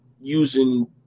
using